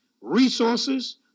resources